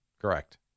Correct